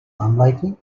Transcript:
unlikely